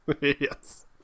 yes